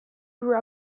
grew